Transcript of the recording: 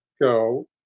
go